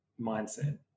mindset